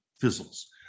fizzles